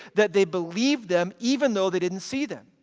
that they believed them even though they didn't see them.